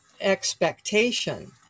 expectation